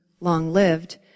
long-lived